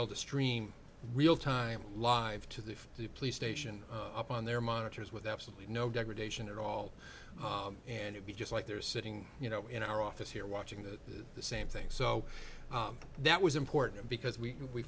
able to stream real time live to the police station up on their monitors with absolutely no degradation at all and it be just like they're sitting you know in our office here watching that the same thing so that was important because we we